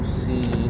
see